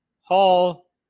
Hall